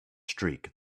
streak